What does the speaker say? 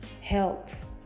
health